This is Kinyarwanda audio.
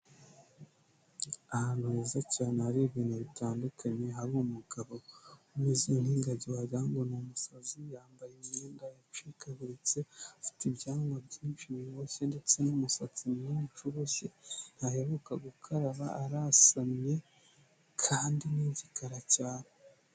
Ahantu heza cyane hari ibintu bitandukanye, hari umugabo umeze nk'ingagi wagirango ni umusazi, yambaye imyenda yacikaguritse afite ibyanwa byinshi biboshye, ndetse n'umusatsi mwinshi uboshye, ntaheruka gukaraba, arasamye kandi ni igikara cyane